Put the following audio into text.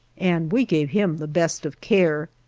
and we gave him the best of care.